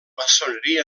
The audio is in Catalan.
maçoneria